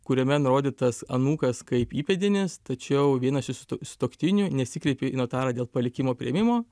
kuriame nurodytas anūkas kaip įpėdinis tačiau vienas iš sutuoktinių nesikreipė į notarą dėl palikimo priėmimo